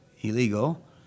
illegal